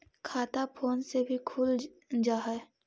खाता फोन से भी खुल जाहै?